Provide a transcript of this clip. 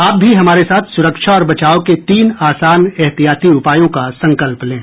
आप भी हमारे साथ सुरक्षा और बचाव के तीन आसान एहतियाती उपायों का संकल्प लें